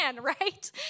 right